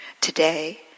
today